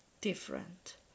different